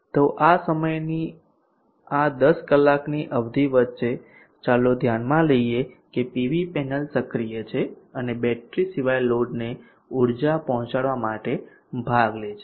તો આ સમયની આ 10 કલાકની અવધિ વચ્ચે ચાલો ધ્યાનમાં લઈએ કે પીવી પેનલ સક્રિય છે અને બેટરી સિવાય લોડને ઊર્જા પહોંચાડવા માટે ભાગ લે છે